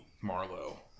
Marlow